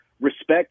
respect